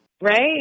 Right